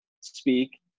speak